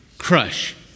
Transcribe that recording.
crush